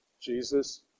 Jesus